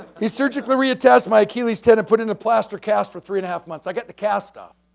he surgically reattach my achilles tendon put into plaster cast for three and half months. i get the cast stuff.